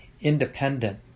independent